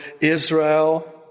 Israel